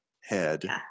head